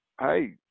hey